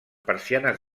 persianes